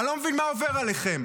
אני לא מבין מה עובר עליכם.